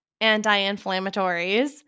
anti-inflammatories